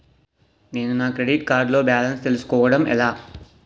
నేను నా credit card లో బాలన్స్ తెలుసుకోవడం ఎలా?